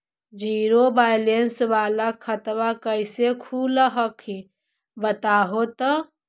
Zero balance वाला खतवा कैसे खुलो हकाई बताहो तो?